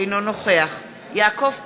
אינו נוכח יעקב פרי,